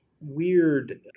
weird